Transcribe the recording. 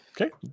okay